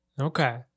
Okay